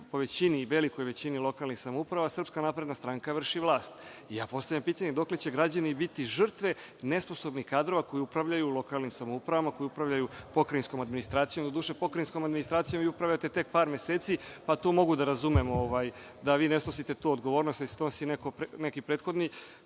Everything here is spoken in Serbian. a tako i po velikoj većini lokalnih samouprava SNS vrši vlast. Ja postavljam pitanje, dokle će građani biti žrtve nesposobnih kadrova koji upravljaju lokalnim samoupravama, koji upravljaju pokrajinskom administracijom? Doduše, pokrajinskom administracijom vi upravljate tek par meseci, pa tu mogu da razumem da ne snosite tu odgovornost, jer je snose neki prethodni